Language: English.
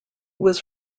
was